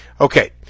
Okay